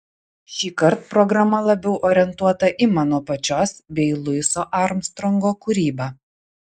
šįkart programa labiau orientuota į mano pačios bei luiso armstrongo kūrybą